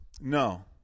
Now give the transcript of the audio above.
No